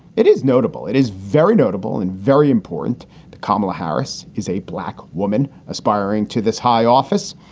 it is notable, it is very notable and very important that kamala harris is a black woman aspiring to this high office.